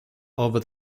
over